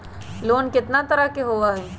Loan केतना तरह के होअ हई?